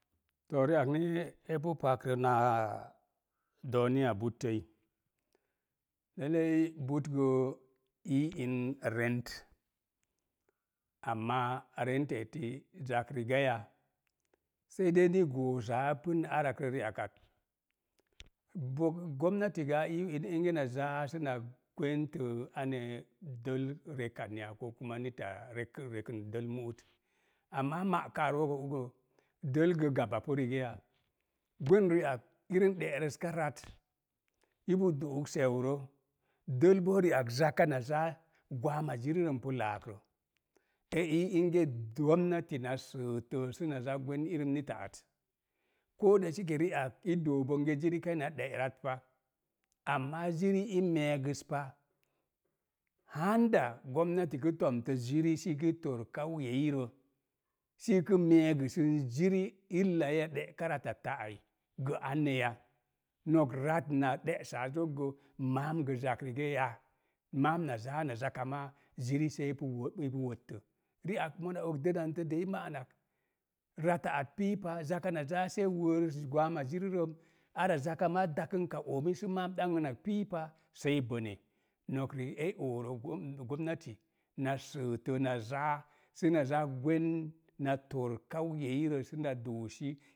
Too ri'ak ni epu pakrə na dooni a buttəi, lellei, but gə, i in rent, amaa renta eti zak rigaya. Sai dei ni goosa pun arak rə ri'ak, bo, gomnati gə a iu in inge na zaa səna gwentə ana dəl rekan ya ko nita rek rekən dəl mu'ut. Amaa ma'kaa rook rə, dəl gə gabapu rigaya. Gwen ri'ak irəm ɗe'rəska rat, ipu du'uk seu rə, dəl bo ri'ak zaka na zaa gwaama zirirəm pu laakrə. E ii enge gomnati na səətə, səna zaa gwen irəm nita at. ri'ak, i doo bonge ziri kaina ɗe'rat pa, amaa ziri i meegəspa gomnati kə tomtə ziri sii kə tor ro, sii kə meegəsən ziri ɗe'ka ratattə ai gə anniya. Nok rat na de'saa zok gə maam gə zak rigaya. Maam na zaa na zaka maa ziri seepu ipu wot ipu wottə. Ri'ak dənandə de ima'anak rata at pii pa, zaka na zaa sei wəərəs gwaam a zirirəm, ara zaka maa dakənka oomi sə maam ɗa-ənak piipa, sai. Nok riik, e oorə gomnati na səətə na zaa, sə na za gwen na tor ro sə na doosi de'rəka rattə az.